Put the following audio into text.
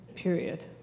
period